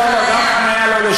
לא, לא, לא, לא, גם חניה לא נשלם.